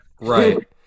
Right